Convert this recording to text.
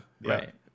Right